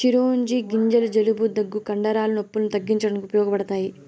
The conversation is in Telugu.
చిరోంజి గింజలు జలుబు, దగ్గు, కండరాల నొప్పులను తగ్గించడానికి ఉపయోగపడతాయి